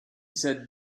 said